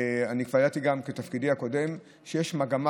אני כבר ידעתי גם מתפקידי הקודם שיש מגמה